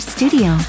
Studio